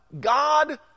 God